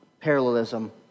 parallelism